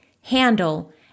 handle